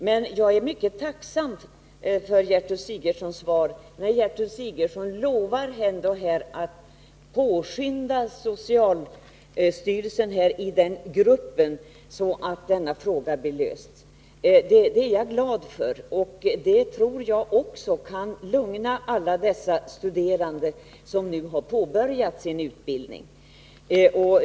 Jag är emellertid mycket tacksam för Gertrud Sigurdsens svar, när Gertrud Sigurdsen lovar att påskynda socialstyrelsens beredningsgrupp så att problemet med legitimation blir löst — det är jag glad för. Jag tror också att detta kan lugna alla dessa studerande som nu har påbörjat sin utbildning.